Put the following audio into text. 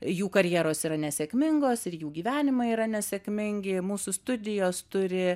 jų karjeros yra nesėkmingos ir jų gyvenimai yra nesėkmingi mūsų studijos turi